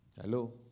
Hello